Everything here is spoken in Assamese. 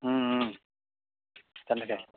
তেনেকৈ